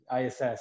ISS